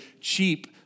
cheap